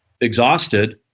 exhausted